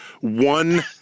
one